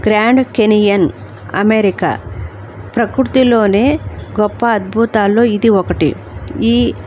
grand canyon America ప్రకృతిలోనే గొప్ప అద్భుతాల్లో ఇది ఒకటి ఈ